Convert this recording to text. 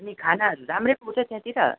अनि खानाहरू राम्रै पाउँछ त्यहाँतिर हजुर हजुर